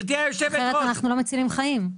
אחרת אנחנו לא מצילים חיים.